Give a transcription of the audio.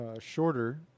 shorter